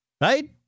Right